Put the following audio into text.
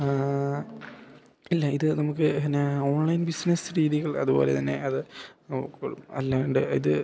ആ ഇല്ല ഇത് നമുക്ക് എന്നാൽ ഓൺലൈൻ ബിസിനസ്സ് രീതികൾ അതു പോലെ തന്നെ അത് നോക്കണം അല്ലാണ്ട് ഇത്